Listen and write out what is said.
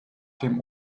dem